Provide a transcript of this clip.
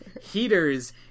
heaters